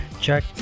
Check